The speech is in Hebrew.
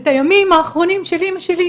את הימים האחרונים של אמא שלי,